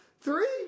Three